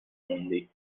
موندی